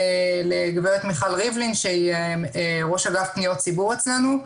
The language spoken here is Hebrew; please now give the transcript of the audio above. לגברת מיכל ריבלין שהיא ראש אגף פניות ציבור אצלנו.